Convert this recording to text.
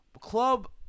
club